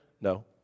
No